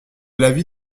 l’avis